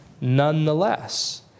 Nonetheless